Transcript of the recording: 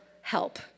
help